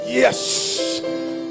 yes